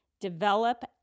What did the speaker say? develop